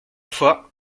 foi